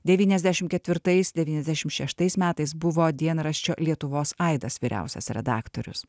devyniasdešimt ketvirtais devyniasdešimt šeštais metais buvo dienraščio lietuvos aidas vyriausias redaktorius